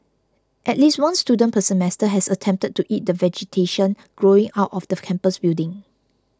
at least one student per semester has attempted to eat the vegetation growing out of the campus building